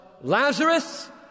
Lazarus